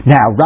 Now